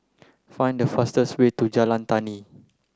find the fastest way to Jalan Tani